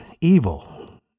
evil